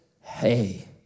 hey